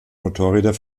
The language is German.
motorräder